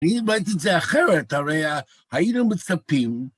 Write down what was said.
אני דיברתי את זה אחרת, הרי היינו מצפים.